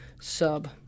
sub